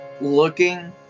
looking